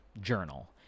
journal